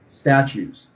statues